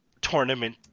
tournament